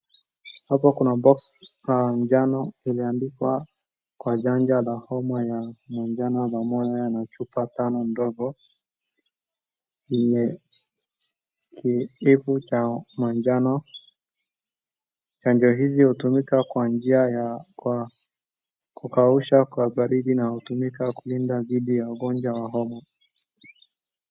Hapa kuna box ya njano imeandikwa kwa chanjo ya homa ya njano pamoja na chupa tano ndogo yenye kidevu cha manjano, chanjo hizi hutumika kwa njia ya kwa kukausha kwa baridi na hutumika kulinda dhidi ya ugonjwa wa homa.